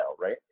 Right